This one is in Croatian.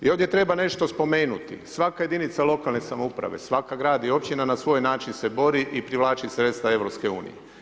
I ovdje treba nešto spomenuti, svaka jedinica lokalne samouprave, svaka grad i općina na svoj način se bori i privlači sredstva EU.